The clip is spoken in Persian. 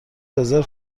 رزرو